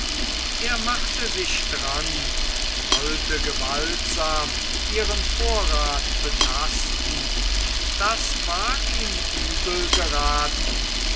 er machte sich dran und wollte gewaltsam ihren vorrat betasten das war ihm übel geraten